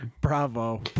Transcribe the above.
bravo